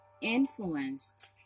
influenced